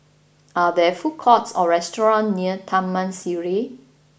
are there food courts or restaurants near Taman Sireh